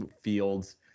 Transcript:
fields